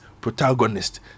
protagonist